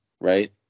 right